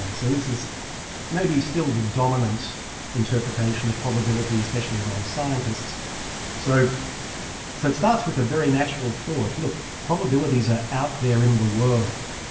and so this is maybe still the dominant interpretation of probability, especially among scientists so so it starts with a very natural thought. look, probabilities are out there in the world,